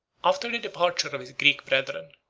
after the departure of his greek brethren,